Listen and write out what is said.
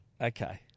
Okay